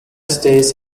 states